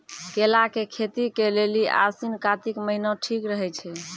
केला के खेती के लेली आसिन कातिक महीना ठीक रहै छै